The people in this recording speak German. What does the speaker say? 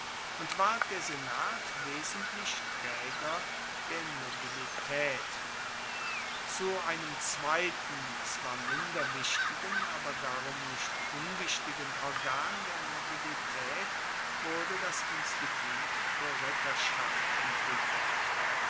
und ward der senat wesentlich traeger der nobilitaet zu einem zweiten zwar minder wichtigen aber darum nicht unwichtigen organ der nobilitaet wurde das institut der ritterschaft entwickelt